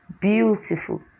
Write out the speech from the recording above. beautiful